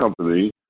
company